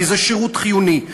כי זה שירות חיוני.